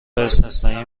استثنایی